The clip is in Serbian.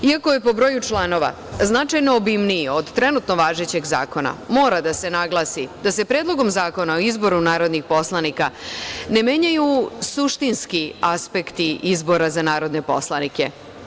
Iako je po broju članova značajno obimniji od trenutno važećeg zakona, mora da se naglasi da se Predlogom zakona o izboru narodnih poslanika ne menjaju suštinski aspekti izbora za narodne poslanike.